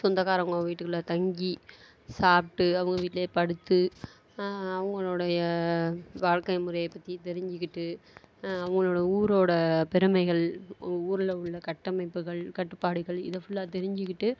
சொந்தக்காரவங்க வீட்டில் தங்கி சாப்பிட்டு அவங்க வீட்லேயே படுத்து அவங்களுடைய வாழ்க்கை முறையை பற்றி தெரிஞ்சுக்கிட்டு அவங்களோட ஊரோடய பெருமைகள் அவங்க ஊரில் உள்ள கட்டமைப்புகள் கட்டுப்பாடுகள் இதை ஃபுல்லாக தெரிஞ்சுக்கிட்டு